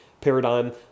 paradigm